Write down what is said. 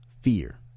fear